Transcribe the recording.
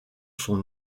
son